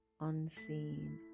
unseen